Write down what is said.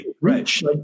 rich